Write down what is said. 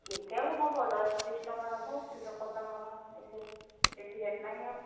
କେତେ ଆଉ ହେବ ଦଶ ତିରିଶ ଟଙ୍କା ହେବ ତିଲକ ଚନ୍ଦନ ଏସବୁ ବେଶୀ ରେଟ୍ ନାହିଁ